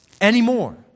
anymore